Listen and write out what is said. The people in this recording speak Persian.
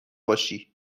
باشی